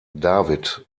david